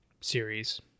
series